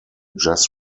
jazz